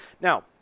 Now